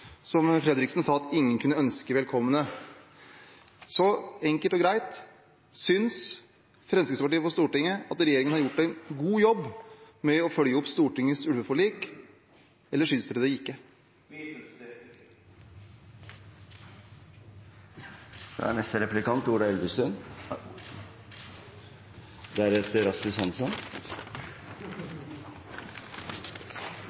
som Fredriksen sa at ingen kunne ønske velkommen? Så enkelt og greit: Synes Fremskrittspartiet på Stortinget at regjeringen har gjort en god jobb med å følge opp Stortingets ulveforlik eller synes de det ikke?